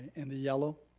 and the yellow?